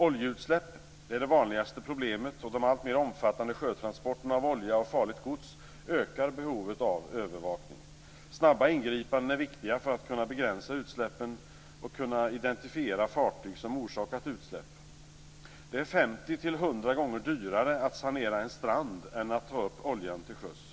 Oljeutsläpp är det vanligaste problemet, och de alltmer omfattande sjötransporterna av olja och farligt gods ökar behovet av övervakning. Snabba ingripanden är viktiga för att begränsa utsläppen och kunna identifiera fartyg som orsakat utsläpp. Det är 50 till 100 gånger dyrare att sanera en strand än att ta upp oljan till sjöss.